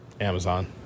Amazon